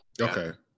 okay